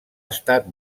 estat